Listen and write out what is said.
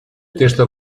texto